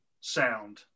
sound